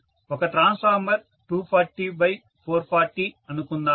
ఒక transformer 240440 అనుకుందాము